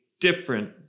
different